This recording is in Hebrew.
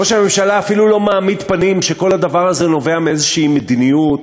ראש הממשלה אפילו לא מעמיד פנים שכל הדבר הזה נובע מאיזושהי מדיניות,